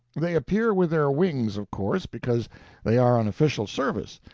they appear with their wings, of course, because they are on official service,